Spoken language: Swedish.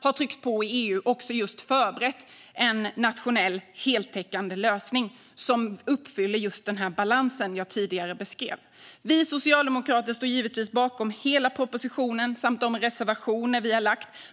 har tryckt på i EU och förberett en nationell heltäckande lösning som uppfyller den balans som jag tidigare beskrev. Vi socialdemokrater står givetvis bakom hela propositionen samt våra reservationer.